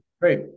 great